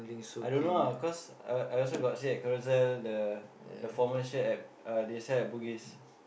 I don't know ah cause I I also got see at Carousell the the formal shirt at uh they sell at Bugis